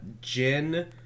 gin